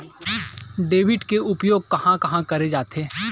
Debit के उपयोग कहां कहा करे जाथे?